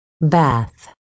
Bath